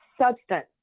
substance